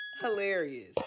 hilarious